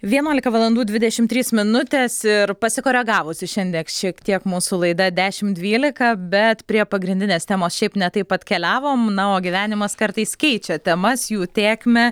vienuolika valandų dvidešimt trys minutės ir pasikoregavusi šiandien šiek tiek mūsų laida dešimt dvylika bet prie pagrindinės temos šiaip ne taip atkeliavom na o gyvenimas kartais keičia temas jų tėkmę